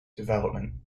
development